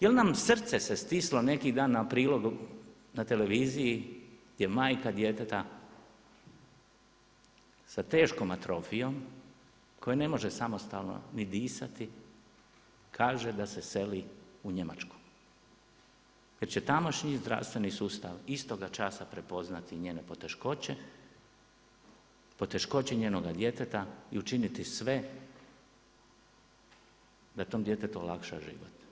Jel' nam srce se stislo neki dan na prilogu, na televiziji gdje majka djeteta sa teškom atrofijom, koje ne može samostalno ni disati kaže da se seli u Njemačku jer će tamošnji zdravstveni sustav istoga časa prepoznati njene poteškoće, poteškoće njenoga djeteta i učiniti sve da tom djetetu olakša život.